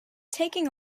taking